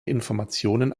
informationen